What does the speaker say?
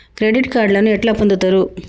Credit కార్డులను ఎట్లా పొందుతరు?